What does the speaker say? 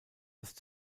erst